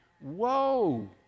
Whoa